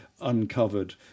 uncovered